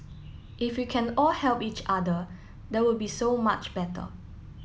if we can all help each other that would be so much better